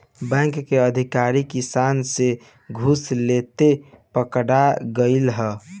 bank के अधिकारी किसान से घूस लेते पकड़ल गइल ह